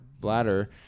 bladder